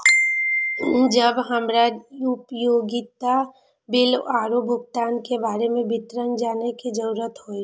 जब हमरा उपयोगिता बिल आरो भुगतान के बारे में विवरण जानय के जरुरत होय?